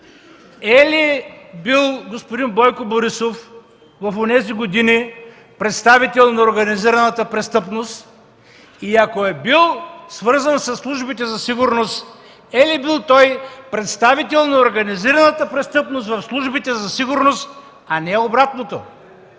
е ли бил господин Бойко Борисов в онези години представител на организираната престъпност, и ако е бил свързан със службите за сигурност, е ли бил той представител на организираната престъпност в службите за сигурност, а не обратното?